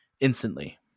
instantly